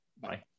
Bye